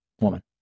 woman